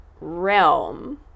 realm